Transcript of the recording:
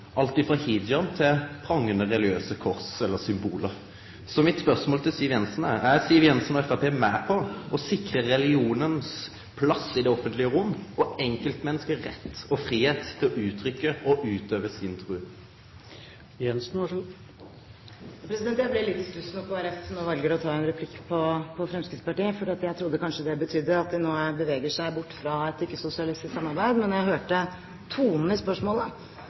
alt ifrå hijab til prangande religiøse kors eller symbol. Mitt spørsmål til Siv Jensen er: Er Siv Jensen og Framstegspartiet med på å sikre religionen sin plass i det offentlege rom og enkeltmennesket sin rett og fridom til å uttrykkje og utøve si tru? Jeg ble litt i stuss når Kristelig Folkeparti nå velger å ta en replikk på Fremskrittspartiet, for jeg trodde kanskje det betydde at de nå beveger seg bort fra et ikke-sosialistisk samarbeid. Men da jeg hørte tonen i spørsmålet,